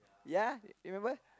ya remember